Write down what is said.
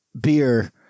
beer